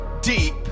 deep